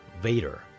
vader